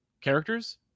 characters